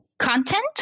Content